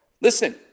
listen